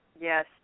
Yes